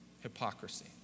hypocrisy